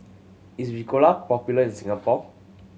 is Ricola popular in Singapore